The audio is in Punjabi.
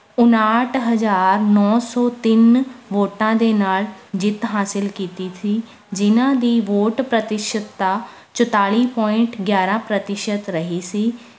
ਉਣਾਹਠ ਹਜ਼ਾਰ ਨੌਂ ਸੌ ਤਿੰਨ ਵੋਟਾਂ ਦੇ ਨਾਲ ਜਿੱਤ ਹਾਸਲ ਕੀਤੀ ਸੀ ਜਿਨ੍ਹਾਂ ਦੀ ਵੋਟ ਪ੍ਰਤੀਸ਼ਤਤਾ ਚੁਤਾਲੀ ਪੁਆਇੰਟ ਗਿਆਰ੍ਹਾਂ ਪ੍ਰਤੀਸ਼ਤ ਰਹੀ ਸੀ